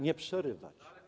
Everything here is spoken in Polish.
Nie przerywać.